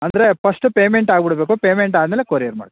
ಅಂದರೆ first payment ಆಗ್ಬಿಡ್ಬೇಕು payment ಆದ ಮೇಲೆ ಕೊರಿಯರ್ ಮಾಡ್ತೀನಿ